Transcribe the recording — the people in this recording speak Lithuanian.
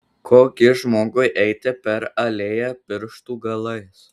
ko gi žmogui eiti per alėją pirštų galais